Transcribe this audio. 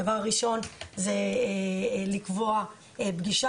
הדבר הראשון שעשיתי היה לקבוע פגישה.